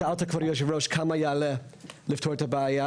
שאלת, כבוד היושב-ראש, כמה יעלה לפתור את הבעיה?